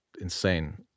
insane